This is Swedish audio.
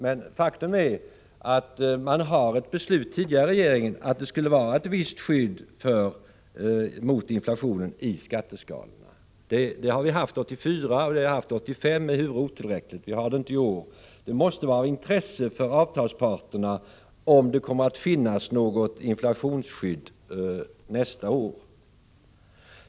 Men faktum är att regeringen tidigare har beslutat att det skulle finnas ett visst skydd mot inflationen i skatteskalorna — det har vi haft 1984, och det har vi haft 1985, ehuru det då var otillräckligt. Vi har det inte i år. Det måste vara av intresse för avtalsparterna om det kommer att finnas något inflationsskydd nästa år.